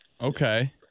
Okay